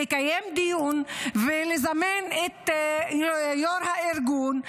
לקיים דיון ולזמן את יו"ר הארגון,